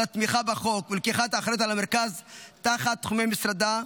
על התמיכה בחוק ולקיחת האחריות על המרכז תחת תחומי משרדה.